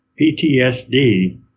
PTSD